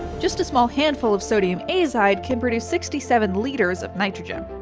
just a small handful of sodium azide can produce sixty seven liters of nitrogen.